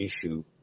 issue